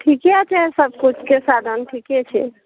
ठीके छै सबकिछुके साधन ठीके छै